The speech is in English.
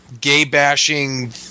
gay-bashing